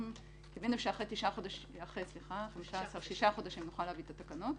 קיווינו שאחרי שישה חודשים נוכל להביא את התקנות.